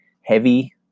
heavy